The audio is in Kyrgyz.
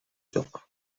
жок